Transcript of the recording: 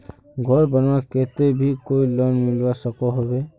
घोर बनवार केते भी कोई लोन मिलवा सकोहो होबे?